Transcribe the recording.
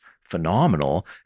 phenomenal